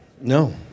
No